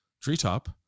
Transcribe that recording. treetop